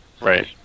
Right